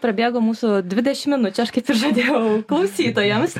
prabėgo mūsų dvidešim minučių aš kaip ir žadėjau klausytojams